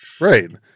Right